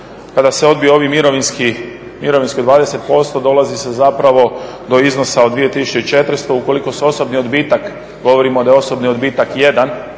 kada se odbije ovih mirovinski 20% dolazi se do iznosa od 2.400 ukoliko se osobni odbitak, govorimo da je osobni odbitak 1